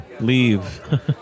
leave